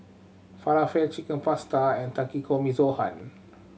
Falafel Chicken Pasta and Takikomi's gohan